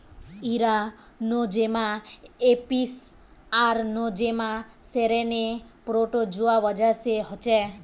इरा Nosema apis आर Nosema ceranae protozoa वजह से होछे